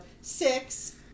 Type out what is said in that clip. six